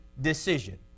Decision